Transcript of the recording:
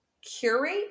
curate